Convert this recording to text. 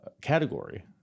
category